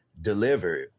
delivered-